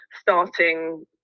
starting